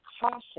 caution